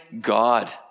God